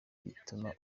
gituma